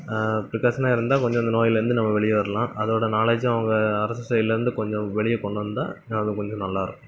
ப்ரிகாசனாக இருந்தால் கொஞ்சம் அந்த நோயிலேருந்து நம்ம வெளியில் வரலாம் அதோட நாலேஜிம் அவங்க அரசு சைடுலேருந்து கொஞ்சம் வெளியே கொண்டு வந்தால் அது கொஞ்சம் நல்லாயிருக்கும்